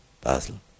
Basel